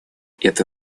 это